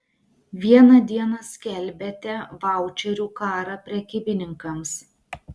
vieną dieną skelbiate vaučerių karą prekybininkams